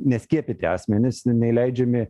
neskiepyti asmenys neįleidžiami